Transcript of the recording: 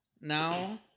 now